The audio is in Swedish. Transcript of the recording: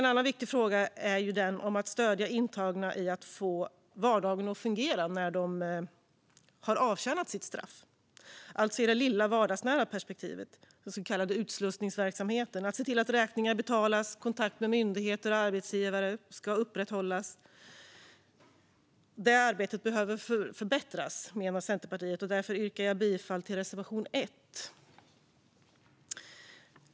En annan viktig fråga är att stödja de intagna i att få vardagen att fungera när de har avtjänat sitt straff, alltså i det lilla, vardagsnära perspektivet i den så kallade utslussningsverksamheten - att se till att räkningar betalas och kontakter med myndigheter och arbetsgivare upprätthålls. Det arbetet behöver förbättras, menar vi i Centerpartiet, och därför yrkar jag bifall till reservation 1.